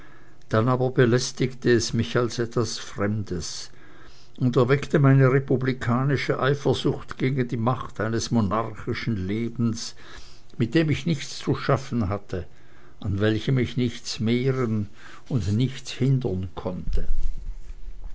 dann aber belästigte es mich als etwas fremdes und erweckte meine republikanische eifersucht gegen die macht eines monarchischen lebens mit dem ich nichts zu schaffen hatte an welchem ich nichts mehren und nichts mindern konnte